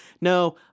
no